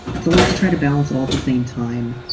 it's a lot to try to balance all at the same time.